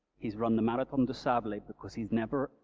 he's run the marathon des sables because he's never,